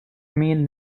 mean